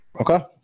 Okay